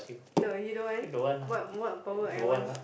no you don't want what what power I want